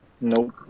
nope